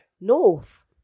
North